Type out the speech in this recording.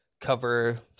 cover